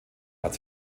hat